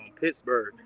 Pittsburgh